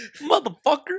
Motherfucker